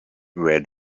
where